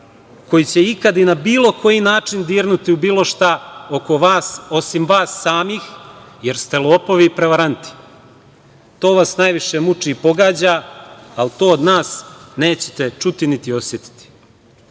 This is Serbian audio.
koji će ikada i na bilo koji način dirnuti u bilo šta oko vas, osim vas samih, jer ste lopovi i prevaranti. To vas najviše muči pogađa. To od nas nećete čuti niti osetiti. Zato